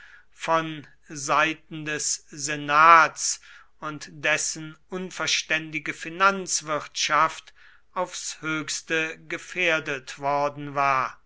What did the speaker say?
von sehen des senats und dessen unverständige finanzwirtschaft aufs höchste gefährdet worden war